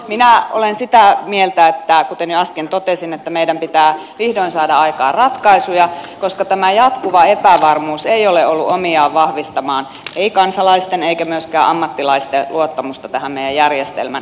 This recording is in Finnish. minä olen sitä mieltä kuten jo äsken totesin että meidän pitää vihdoin saada aikaan ratkaisuja koska tämä jatkuva epävarmuus ei ole ollut omiaan vahvistamaan kansalaisten eikä myöskään ammattilaisten luottamusta tähän meidän järjestelmän tilanteeseen